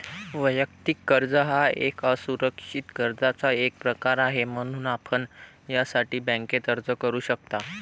वैयक्तिक कर्ज हा एक असुरक्षित कर्जाचा एक प्रकार आहे, म्हणून आपण यासाठी बँकेत अर्ज करू शकता